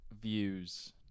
Views